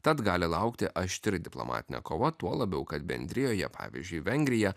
tad gali laukti aštri diplomatinė kova tuo labiau kad bendrijoje pavyzdžiui vengrija